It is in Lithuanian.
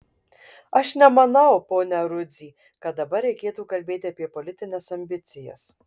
aš nemanau pone rudzy kad dabar reikėtų kalbėti apie politines ambicijas